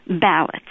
ballots